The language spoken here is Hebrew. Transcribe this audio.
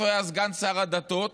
אז הוא היה סגן שר הדתות,